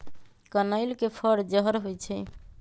कनइल के फर जहर होइ छइ